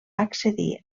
accedir